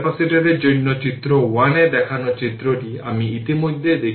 সুতরাং 10 এর পাওয়ার 6 এবং 10 পাওয়ার 6 ক্যানসেল করলে তা হবে 10 অ্যাম্পিয়ার